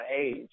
age